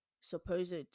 supposed